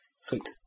Sweet